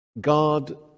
God